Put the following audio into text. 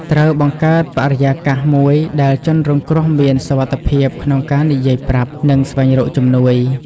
ត្រូវបង្កើតបរិយាកាសមួយដែលជនរងគ្រោះមានសុវត្ថិភាពក្នុងការនិយាយប្រាប់ និងស្វែងរកជំនួយ។